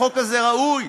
החוק הזה ראוי.